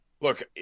Look